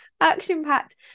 action-packed